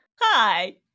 Hi